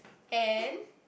and